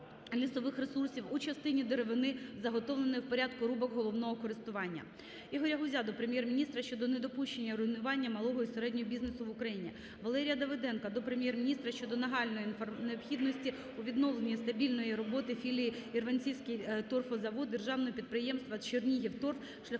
лісових ресурсів у частині деревини, заготовленої в порядку рубок головного користування. Ігоря Гузя до Прем'єр-міністра щодо недопущення руйнування малого і середнього бізнесу в Україні. Валерія Давиденка до Прем'єр-міністра щодо нагальної необхідності у відновленні стабільної роботи філії "Ірванцівський торфозавод'' державного підприємства "Чернігівторф" шляхом надання